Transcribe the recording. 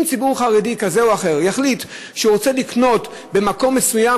אם ציבור חרדי כזה או אחר יחליט שהוא רוצה לקנות במקום מסוים,